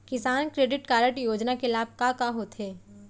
किसान credit card योजना के लाभ का का होथे?